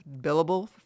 billable